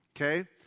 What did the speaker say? okay